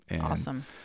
awesome